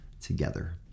together